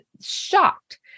shocked